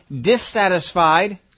dissatisfied